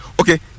okay